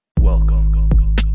Welcome